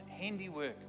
handiwork